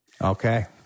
Okay